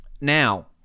Now